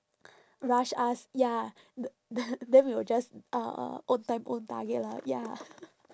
rush us ya th~ the~ then we will just uh own time own target lah ya